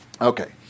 Okay